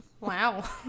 Wow